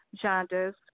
genres